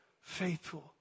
faithful